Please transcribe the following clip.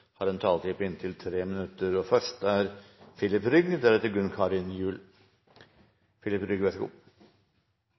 har en taletid på inntil 3 minutter. Etter Høyres oppfatning er